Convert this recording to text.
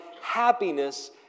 happiness